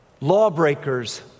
Lawbreakers